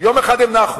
יום אחד הם נחו,